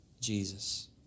Jesus